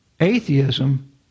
Atheism